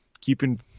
keeping –